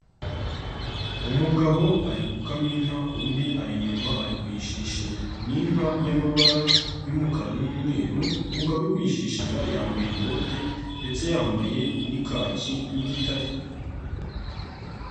Umugabo ari gukama inka undi ari inyuma ari kuyishishira ni inka y'amabara y'umukara n'umweru umugabo uri kuyishishira yambaye bote ndetse yambaye n'ikaki y'igitare.